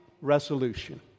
Resolution